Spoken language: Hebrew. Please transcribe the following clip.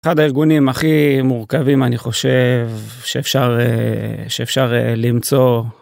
אחד הארגונים הכי מורכבים אני חושב שאפשר אה... שאפשר אה.. למצוא.